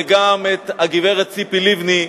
וגם את הגברת ציפי לבני,